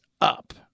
up